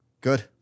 Good